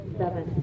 seven